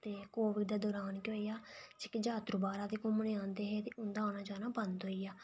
ते कोविड दे दरान केह् होएआ जेह्के यात्रू बाह्रा दे घूमने ई औंदे हे उं'दा ऐना जाना बंद होई गेआ